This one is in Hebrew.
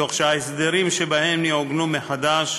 תוך שההסדרים שבהן יעוגנו מחדש,